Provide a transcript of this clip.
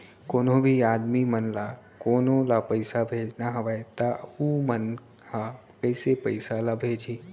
कोन्हों भी आदमी मन ला कोनो ला पइसा भेजना हवय त उ मन ह कइसे पइसा ला भेजही?